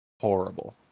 horrible